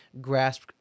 grasp